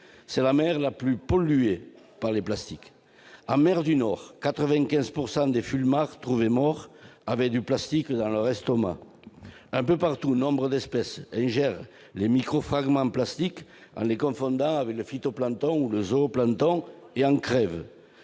est la plus touchée par cette pollution. En mer du Nord, 95 % des fulmars trouvés morts avaient du plastique dans leur estomac. Un peu partout, nombre d'espèces ingèrent les micro-fragments plastiques, en les confondant avec le phytoplancton ou le zooplancton, et en crèvent.